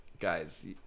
guys